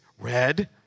Red